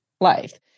life